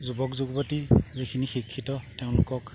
যুৱক যুৱতী যিখিনি শিক্ষিত তেওঁলোকক